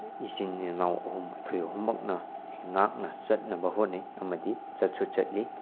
ꯏꯆꯤꯟ ꯏꯅꯥꯎ ꯑꯍꯨꯝ ꯑꯩꯈꯣꯏ ꯑꯍꯨꯝꯃꯛꯅ ꯉꯥꯛꯅ ꯆꯠꯅꯕ ꯍꯣꯠꯅꯩ ꯑꯃꯗꯤ ꯆꯠꯁꯨ ꯆꯠꯂꯤ